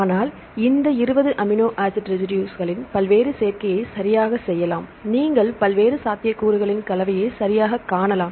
ஆனால் இந்த 20 amino acid ரெசிடுஸ்களின் பல்வேறு சேர்க்கைகளைச் சரியாகச் செய்யலாம் நீங்கள் பல்வேறு சாத்தியக்கூறுகளின் கலவையை சரியாகக் காணலாம்